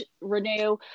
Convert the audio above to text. renew